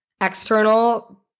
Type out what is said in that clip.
external